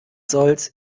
solls